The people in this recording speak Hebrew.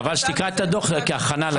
חבל שלא קראת את הדוח כהכנה לדיון.